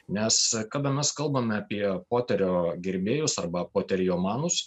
nes kada mes kalbame apie poterio gerbėjus arba poteriomanus